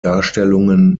darstellungen